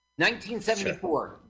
1974